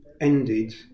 ended